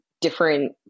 different